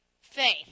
Faith